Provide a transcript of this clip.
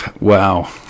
Wow